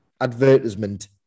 advertisement